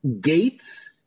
Gates